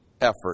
effort